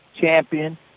champion